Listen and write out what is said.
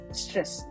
stress